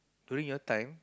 during your time